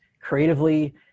creatively